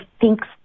thinks